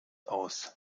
aus